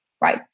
right